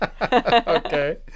Okay